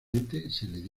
oficialmente